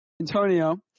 Antonio